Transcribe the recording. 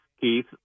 Keith